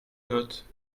notes